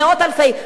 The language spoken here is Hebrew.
מאות אלפים.